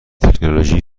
تکنولوژی